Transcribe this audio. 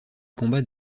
combat